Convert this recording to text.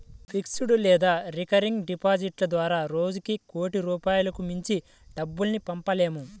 fixed లేదా recurring డిపాజిట్ల ద్వారా రోజుకి కోటి రూపాయలకు మించి డబ్బుల్ని పంపలేము